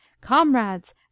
Comrades